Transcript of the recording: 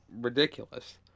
ridiculous